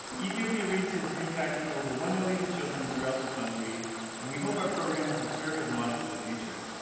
ethiopia reads has impacted over one million children throughout the country and we hope our programs will serve as a model for the future.